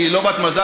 היא לא בת-מזל.